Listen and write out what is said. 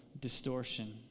distortion